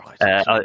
right